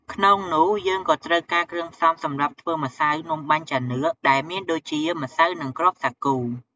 ក្នុងនោះយើងក៏ត្រូវការគ្រឿងផ្សំសម្រាប់ធ្វើម្សៅនំបាញ់ចានឿក ដែលមានដូចជា ម្សៅ និង គ្រាប់សាគូ។